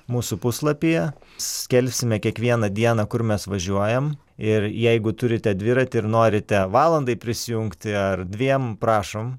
mūsų puslapyje skelbsime kiekvieną dieną kur mes važiuojam ir jeigu turite dviratį ir norite valandai prisijungti ar dviem prašom